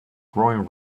growing